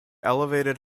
elevated